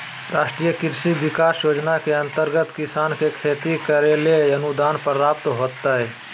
राष्ट्रीय कृषि विकास योजना के अंतर्गत किसान के खेती करैले अनुदान प्राप्त होतय